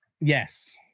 Yes